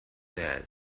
that